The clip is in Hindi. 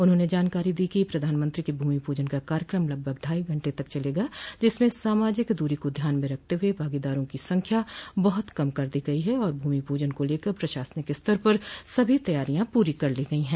उन्हाने जानकारी दी कि प्रधानमंत्री के भूमि पूजन का कार्यक्रम लगभग ढ़ाई घंटे तक चलेगा जिसमें सामाजिक दूरी को ध्यान में रखते हुए भागीदारों की संख्या बहुत कम कर दी गई है और भूमि पूजन को लेकर प्रशासनिक स्तर पर सभी तैयारियां पूरी कर ली गई है